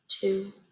two